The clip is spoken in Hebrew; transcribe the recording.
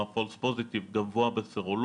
כלומר false positive גבוה בסרולוגיה.